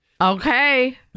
okay